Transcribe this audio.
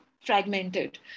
fragmented